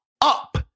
up